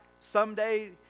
someday